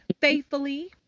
faithfully